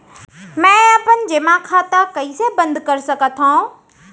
मै अपन जेमा खाता कइसे बन्द कर सकत हओं?